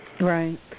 Right